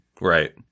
Right